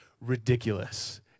ridiculous